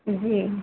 जी